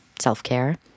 self-care